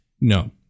No